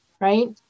right